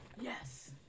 Yes